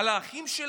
על האחים שלנו?